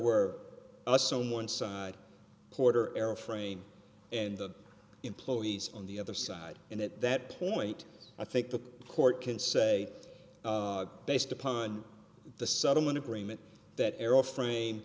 were us some one side quarter airframe and the employees on the other side in that that point i think the court can say based upon the settlement agreement that arrow frame